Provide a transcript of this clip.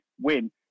win